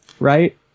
right